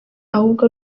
ahubwo